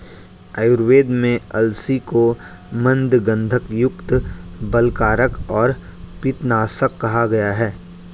आयुर्वेद में अलसी को मन्दगंधयुक्त, बलकारक और पित्तनाशक कहा गया है